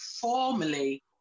formally